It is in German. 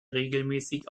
regelmäßig